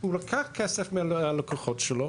הוא לקח כסף מהלקוחות שלו,